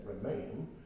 remain